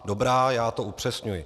Dobrá, já to upřesňuji.